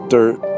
Dirt